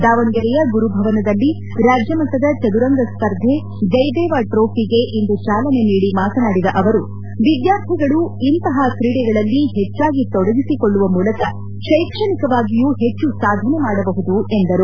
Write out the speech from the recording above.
ದಾವಣಗೆರೆಯ ಗುರುಭವನದಲ್ಲಿ ರಾಜ್ಯಮಟ್ಟದ ಚದುರಂಗ ಸ್ಪರ್ಧೆ ಜಯದೇವ ಚ್ರೋಫಿಗೆ ಇಂದು ಚಾಲನೆ ನೀಡಿ ಮಾತನಾಡಿದ ಅವರು ವಿದ್ವಾರ್ಥಿಗಳು ಇಂತಹ ಕ್ರೀಡೆಗಳಲ್ಲಿ ಹೆಚ್ಚಾಗಿ ತೊಡಗಿಸಿಕೊಳ್ಳುವ ಮೂಲಕ ಶೈಕ್ಷಣಿಕವಾಗಿಯೂ ಹೆಚ್ಚು ಸಾಧನೆ ಮಾಡಬಹುದು ಎಂದರು